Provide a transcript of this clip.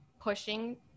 Pushing